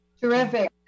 Terrific